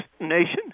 nation